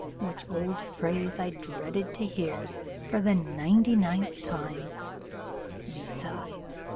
which old phrase i dreaded to hear for the ninety-ninth time besides,